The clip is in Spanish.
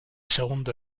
segundo